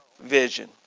vision